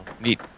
neat